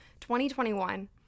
2021